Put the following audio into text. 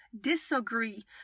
disagree